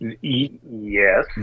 yes